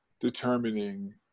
determining